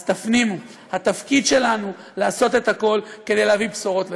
אז תפנימו: התפקיד שלנו הוא לעשות הכול כדי להביא בשורות לציבור.